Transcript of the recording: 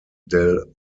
del